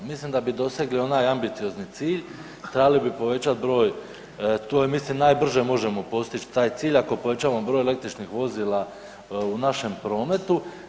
Mislim da bi dosegli onaj ambiciozni cilj trebali povećati broj, to je mislim najbrže možemo postići taj cilj ako povećamo broj električnih vozila u našem prometu.